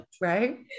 Right